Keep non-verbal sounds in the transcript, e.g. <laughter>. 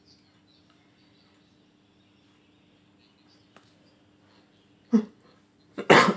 <coughs>